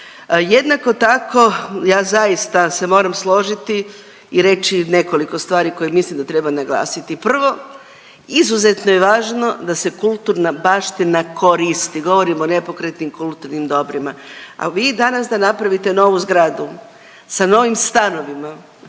Jednako tako ja zaista se moram složiti i reći nekoliko stvari koje mislim da treba naglasiti. Prvo izuzetno je važno da se kulturna baština koristi. Govorim o nepokretnim kulturnim dobrima, a vi danas da napravite novu zgradu sa novim stanovima,